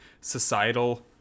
societal